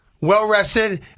well-rested